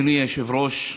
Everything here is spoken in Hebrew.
אדוני היושב-ראש,